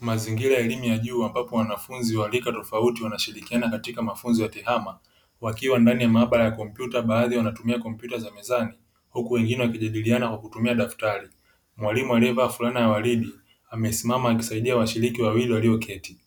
Mazingira ya elimu ya juu ambapo wanafunzi wa rika tofauti wanashirikiana katika mafunzo ya tehama, wakiwa ndani ya maabara ya kompyuta. Baadhi wanatumia kompyuta za mezani huku wengine wakijadiliana kwa kutumia daftari. Mwalimu aliyevaa fulana ya waridi amesimama akisaidia washiriki wawili walioketi.